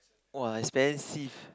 !wah! expensive